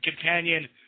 companion